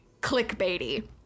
clickbaity